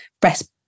breast